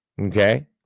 Okay